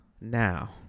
now